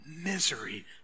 misery